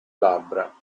labbra